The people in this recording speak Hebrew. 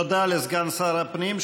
תודה לסגן שר הפנים,